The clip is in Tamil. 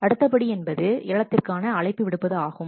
அடுத்த படி ஏலத்திற்கான அழைப்பு விடுப்பது ஆகும்